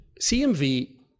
CMV